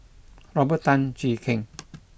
Robert Tan Jee Keng